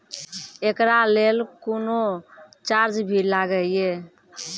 एकरा लेल कुनो चार्ज भी लागैये?